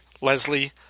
Leslie